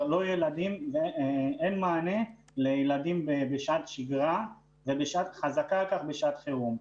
לילדים ואין מענה לילדים בשעת שגרה ועל אחת כמה וכמה בשעת חירום.